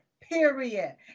period